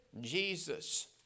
Jesus